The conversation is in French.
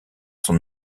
son